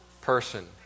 person